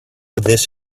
this